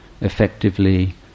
effectively